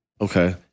okay